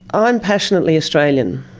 ah am passionately australian.